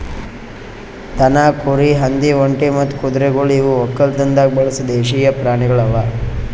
ದನ, ಕುರಿ, ಹಂದಿ, ಒಂಟಿ ಮತ್ತ ಕುದುರೆಗೊಳ್ ಇವು ಒಕ್ಕಲತನದಾಗ್ ಬಳಸ ದೇಶೀಯ ಪ್ರಾಣಿಗೊಳ್ ಅವಾ